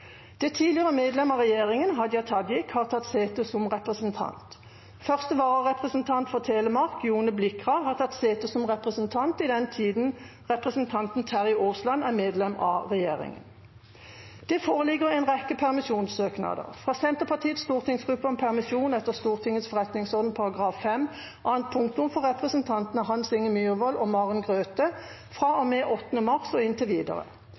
Det tidligere medlem av regjeringen, Hadia Tajik , har tatt sete som representant. Første vararepresentant for Telemark, Jone Blikra , har tatt sete som representant i den tid representanten Terje Aasland er medlem av regjeringen. Det foreligger en rekke permisjonssøknader: fra Senterpartiets stortingsgruppe om permisjon etter Stortingets forretningsorden § 5 annet punktum for representantene Hans Inge Myrvold og Maren Grøthe fra og